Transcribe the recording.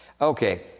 Okay